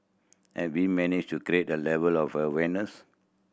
have we managed to create a level of awareness